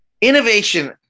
Innovation